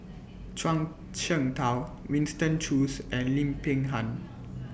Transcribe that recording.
Zhuang Shengtao Winston Choos and Lim Peng Han